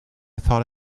thought